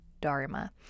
Dharma